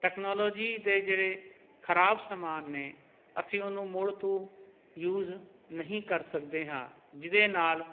technology ਦੇ ਜਿਹੜੇ ਖਰਾਬ ਸਮਾਨ ਨੇ ਅਸੀਂ ਉਹਨੂੰ ਮੁੜ ਤੋਂ ਯੂਜ ਨਹੀਂ ਕਰ ਸਕਦੇ ਹਾਂ ਜਿਹਦੇ ਨਾਲ